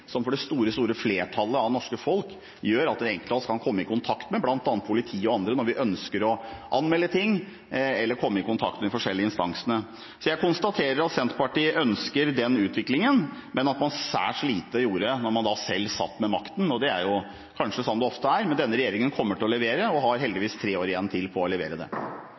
som for det store flertallet av det norske folk gjør at enkelte av oss kan komme i kontakt med bl.a. politi og andre når vi ønsker å anmelde ting eller komme i kontakt med de forskjellige instansene. Jeg konstaterer at Senterpartiet ønsker den utviklingen, men at man gjorde særs lite da man selv satt med makten – og det er kanskje slik det ofte er – men denne regjeringen kommer til å levere og har heldigvis tre år igjen på å levere. Senterpartiet mener at vi bør tenke helt nytt når det